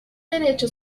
derecho